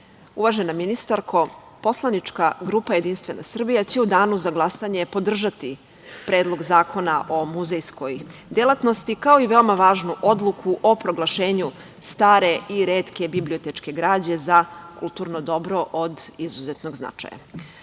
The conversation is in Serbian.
ministarko, Poslanička grupa JS će u danu za glasanje podržati Predlog zakona o muzejskoj delatnosti, kao i veoma važnu odluku o proglašenju stare i retke bibliotečke građe za kulturne dobro od izuzetnog značaja. Ovaj